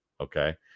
okay